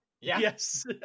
Yes